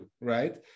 right